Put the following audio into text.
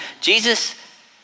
jesus